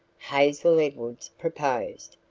hazel edwards proposed.